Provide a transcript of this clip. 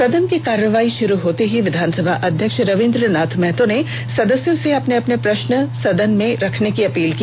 सदन की कार्रवाई शुरू होते ही विधानसभा अध्यक्ष रवींद्रनाथ महतो ने सदस्यों से अपने अपने प्रश्न सदन में रखने की अपील की